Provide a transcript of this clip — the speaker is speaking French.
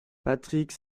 patrick